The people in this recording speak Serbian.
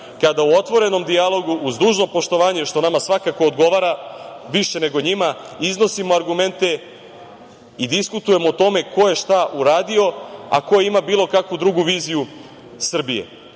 kada u otvorenom dijalogu, uz dužno poštovanje, što nama svakako odgovara više nego njima, iznosimo argumente i diskutujemo o tome ko je šta uradio, a ko ima bilo kakvu drugu viziju Srbije. Uveren